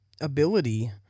ability